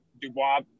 Dubois